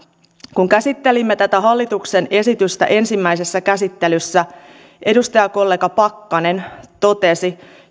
kun käsittelimme tätä hallituksen esitystä ensimmäisessä käsittelyssä edustajakollega pakkanen totesi